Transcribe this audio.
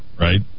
right